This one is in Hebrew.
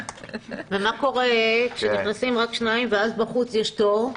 ומה קורה כשנכנסים רק שניים ואז בחוץ יש תור?